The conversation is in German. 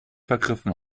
vergriffen